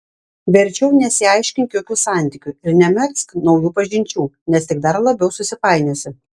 verčiau nesiaiškink jokių santykių ir nemegzk naujų pažinčių nes tik dar labiau susipainiosi